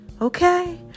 okay